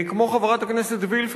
כמו חברת הכנסת וילף,